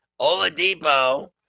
Oladipo